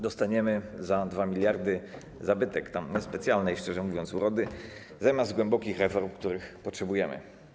Dostaniemy za 2 mld zabytek niespecjalnej, szczerze mówiąc, urody, zamiast głębokich reform, których potrzebujemy.